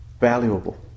valuable